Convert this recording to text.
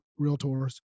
realtors